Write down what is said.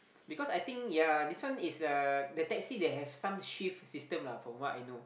because I think ya this one is uh the taxi they have some shift system lah from what I know